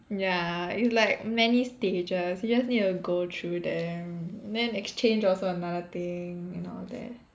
ya it's like many stages you just need to go through them then exchange also another thing and all that